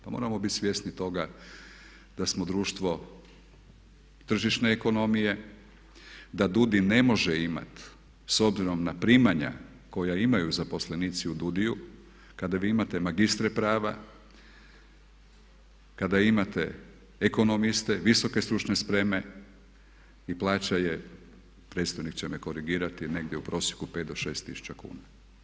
Pa moramo biti svjesni toga da smo društvo tržišne ekonomije, da DUUDI ne može imati s obzirom na primanja koja imaju zaposlenici u DUUDI-u, kada vi imate magistre prava, kada imate ekonomiste, visoke stručne spreme i plaća je, predstojnik će me korigirati, negdje u prosjeku 5 do 6 tisuća kuna.